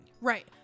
Right